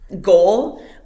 goal